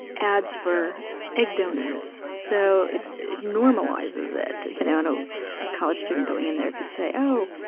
ads for egg donors, so it normalises it. you know a college student going in there could say oh,